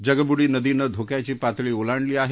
जगब्डी नदीनं धोक्याची पातळी ओलांडली आहे